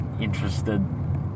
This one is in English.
interested